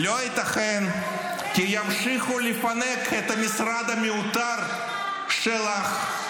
כי אתה יודע --- לא ייתכן כי ימשיכו לפנק את המשרד המיותר שלך.